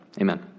Amen